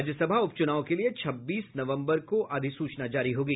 राज्यसभा उप चूनाव के लिए छब्बीस नवम्बर को अधिसूचना जारी होगी